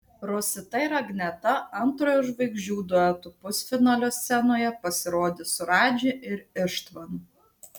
rosita ir agneta antrojo žvaigždžių duetų pusfinalio scenoje pasirodys su radži ir ištvanu